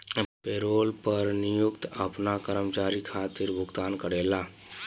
payroll कर नियोक्ता आपना कर्मचारी खातिर भुगतान करेला